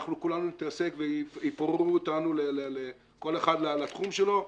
אנחנו כולנו נתרסק ויפוררו אותנו לכל אחד לתחום שלו.